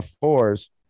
fours